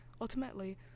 Ultimately